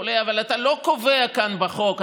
אבל אתה לא קובע כאן בחוק.